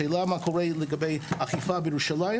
השאלה מה קורה לגבי אכיפה בירושלים